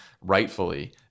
rightfully